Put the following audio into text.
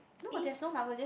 no there is no number just